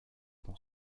dans